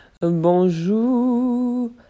Bonjour